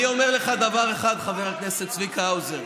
אני אומר לך דבר אחד, חבר הכנסת צביקה האוזר,